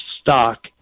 stock